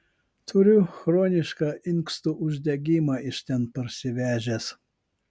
turiu chronišką inkstų uždegimą iš ten parsivežęs